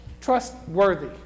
trustworthy